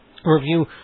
review